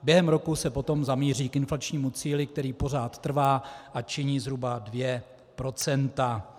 Během roku se potom zamíří k inflačnímu cíli, který pořád trvá a činí zhruba 2 %.